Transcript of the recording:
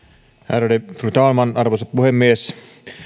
ärade fru talman arvoisa puhemies